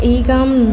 ಈಗ